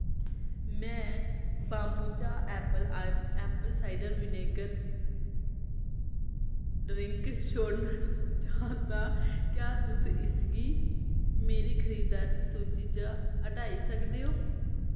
मैं kombucha apple cider vinegar drink छोड़ना चांह्दा क्या तुस इसगी मेरी खरीदारी सूची चा हटाई सकदे ओ